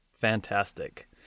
Fantastic